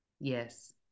yes